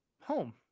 home